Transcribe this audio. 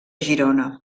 girona